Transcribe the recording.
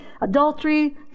adultery